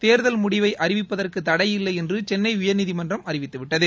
தேர்தல் முடிவை அறிவிப்பதற்கு தடையில்லை என்று சென்னை உயர்நீதிமன்றம் அறிவித்துவிட்டது